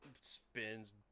spins